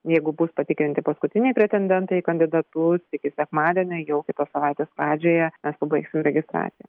jeigu bus patikrinti paskutiniai pretendentai į kandidatus iki sekmadienio jau kitos savaitės pradžioje mes pabaigsim registraciją